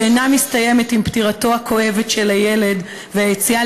שאינה מסתיימת עם פטירתו הכואבת של הילד והיציאה